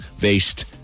based